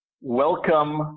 Welcome